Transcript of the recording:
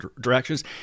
directions